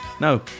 no